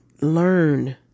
learn